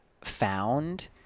found